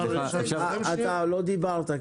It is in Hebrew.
אתה לא דיברת?